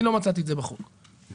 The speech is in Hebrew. לא מצאתי את זה בהצעת החוק.